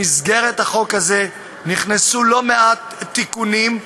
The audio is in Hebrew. במסגרת החוק הזה נכנסו לא מעט תיקונים,